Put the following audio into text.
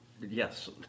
Yes